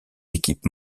équipes